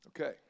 Okay